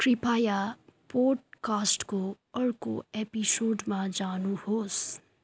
कृपया पोडकास्टको अर्को एपिसोडमा जानुहोस्